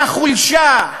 והחולשה,